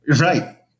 right